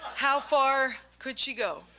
how far could she go?